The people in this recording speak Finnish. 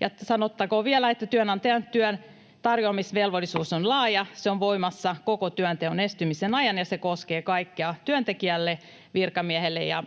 ja sanottakoon vielä, että työnantajan työntarjoamisvelvollisuus on laaja, se on voimassa koko työnteon estymisen ajan ja se koskee kaikkea työntekijälle, virkamiehelle ja